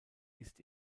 ist